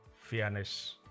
fairness